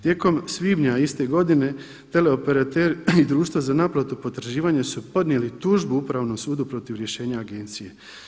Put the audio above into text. Tijekom svibnja iste godine teleoperater i društva za naplatu potraživanja su podnijeli tužbu Upravnom sudu protiv rješenja agencije.